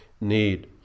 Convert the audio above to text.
need